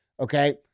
Okay